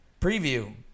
Preview